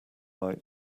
light